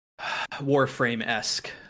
Warframe-esque